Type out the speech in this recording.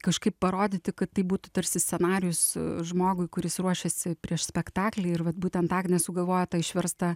kažkaip parodyti kad tai būtų tarsi scenarijus žmogui kuris ruošiasi prieš spektaklį ir vat būtent agnė sugalvojo tą išverstą